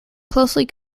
closely